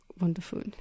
wonderful